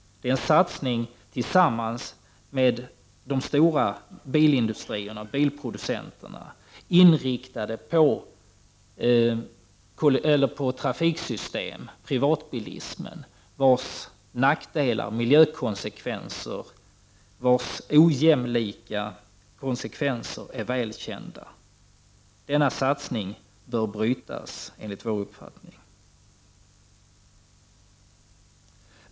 Det är en satsning som har gjorts tillsammans med de stora bilindustrierna, bilproducenterna, och som är inriktad på ett trafiksystem, privatbilismen, vars nackdelar, miljökonsekvenser och ojämlika konsekvenser är väl kända. Denna satsning bör, enligt vår uppfattning, avbrytas.